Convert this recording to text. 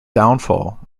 downfall